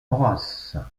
horace